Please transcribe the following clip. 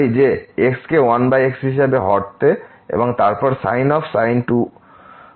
সুতরাং এই ক্ষেত্রে আমাদের 00 ফর্ম আছে